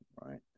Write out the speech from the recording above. Right